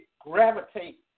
gravitate